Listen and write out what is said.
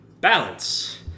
Balance